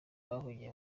bahungiye